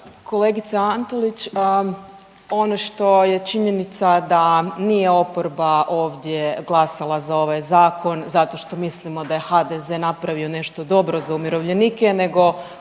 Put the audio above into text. Kolegice Antolić, ono što je činjenica da nije oporba ovdje glasala za ovaj Zakon zato što mislimo da je HDZ napravio nešto dobro za umirovljenike nego